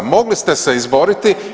Mogli ste se izboriti.